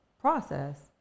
process